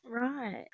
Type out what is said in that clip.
right